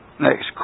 next